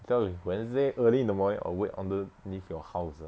tell me wednesday early in the morning I will wait underneath your house ah